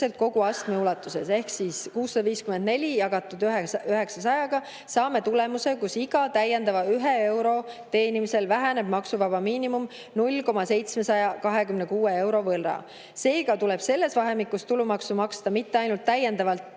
kogu astme ulatuses ehk 654 jagades 900-ga, saame tulemuseks, et iga täiendava euro teenimisel väheneb maksuvaba tulu miinimum 0,726 euro võrra. Seega tuleb selles vahemikus tulumaksu maksta mitte ainult iga täiendavalt